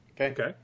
Okay